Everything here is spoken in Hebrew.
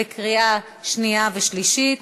לקריאה שנייה ושלישית.